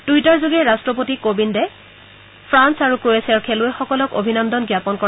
টুইটাৰযোগে ৰট্টপতি কোবিন্দে ফাল্স আৰু ক্ৰৱেচিয়াৰ খেলুৱৈসকলক অভিনন্দন জ্ঞাপন কৰে